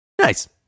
Nice